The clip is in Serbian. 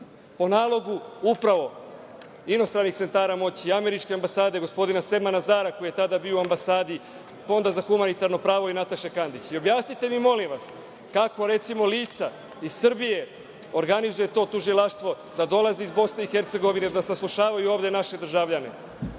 po nalogu upravo inostranih centara moći, američke ambasade, gospodina Sema Nazara, koji je tada bio u ambasadi, Fonda za humanitarno pravo i Nataše Kandić. Objasnite mi molim vas, kako recimo lica iz Srbije organizuju to tužilaštvo da dolazi iz Bosne i Hercegovine, da saslušavaju ovde naše državljane,